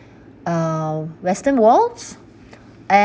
uh western wall and